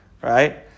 Right